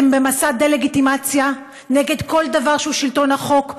אתם במסע דה-לגיטימציה נגד כל דבר שהוא שלטון החוק,